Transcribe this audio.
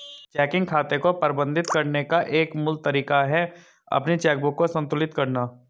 checking खाते को प्रबंधित करने का एक मूल तरीका है अपनी चेकबुक को संतुलित करना